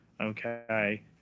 Okay